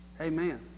Amen